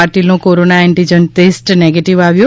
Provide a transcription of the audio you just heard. પાટીલનો corona antigen test negative આવ્યો